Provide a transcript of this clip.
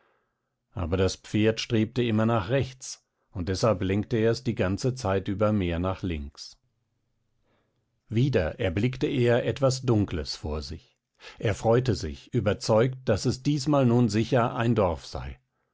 aber das pferd strebte immer nach rechts und deshalb lenkte er es die ganze zeit über mehr nach links wieder erblickte er etwas dunkles vor sich er freute sich überzeugt daß es diesmal nun sicher ein dorf sei